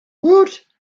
woot